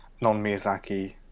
non-miyazaki